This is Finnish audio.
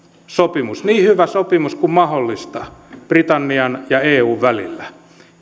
sopimus niin hyvä sopimus kuin mahdollista britannian ja eun välillä